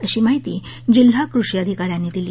अशी माहिती जिल्हा कृषी अधिकाऱ्यांनी दिली